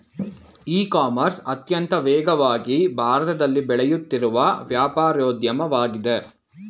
E commerce ಅತ್ಯಂತ ವೇಗವಾಗಿ ಭಾರತದಲ್ಲಿ ಬೆಳೆಯುತ್ತಿರುವ ವ್ಯಾಪಾರೋದ್ಯಮವಾಗಿದೆ